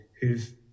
who've